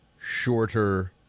shorter